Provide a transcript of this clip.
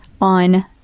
on